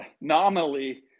Nominally